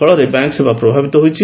ଫଳରେ ବ୍ୟାଙ୍କ୍ ସେବା ପ୍ରଭାବିତ ହୋଇଛି